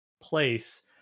place